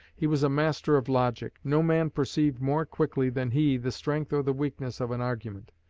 he was a master of logic. no man perceived more quickly than he the strength or the weakness of an argument,